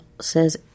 says